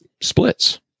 splits